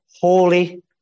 holy